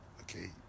okay